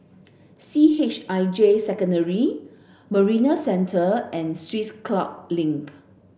C H I J Secondary Marina Centre and Swiss Club Link